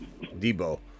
Debo